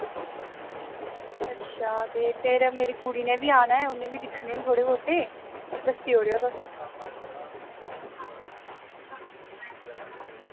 अच्छा ते फिर मेरी कुड़ी नै वि आना ऐ उन बी दिक्खने न थोह्ड़े बोह्ते दस्सी ओड़ेओ तुस